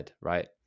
right